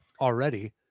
already